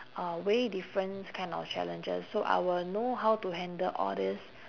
uh way difference kind of challenges so I will know how to handle all these